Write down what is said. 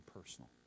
personal